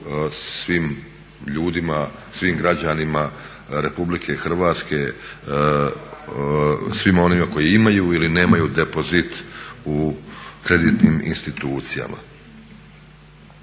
svim ljudima, svim građanima RH, svim onima koji imaju ili nemaju depozit u kreditnim institucijama.